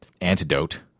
antidote